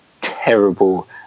terrible